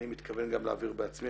אני מתכוון גם להעביר בעצמי,